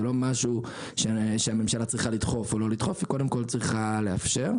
זה לא משהו שהממשלה צריכה לדחוף או לא לדחוף היא קודם כל צריכה לאפשר.